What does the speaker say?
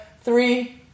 three